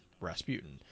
Rasputin